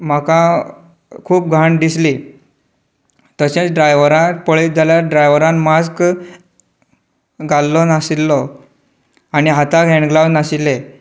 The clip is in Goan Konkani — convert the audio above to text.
म्हाका खूब घाण दिसली तशेंच ड्रायवराक पळेत जाल्यार ड्रायवर मास्क घाल्लो नाशिल्लो आनी हाताक हॅण्ड ग्लाव नाशिल्ले